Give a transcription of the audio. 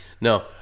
No